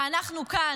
ואנחנו כאן,